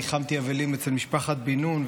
ניחמתי אבלים אצל משפחת בן נון,